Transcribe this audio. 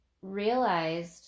realized